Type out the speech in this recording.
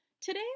Today